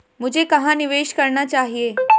मुझे कहां निवेश करना चाहिए?